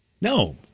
No